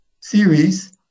series